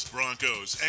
Broncos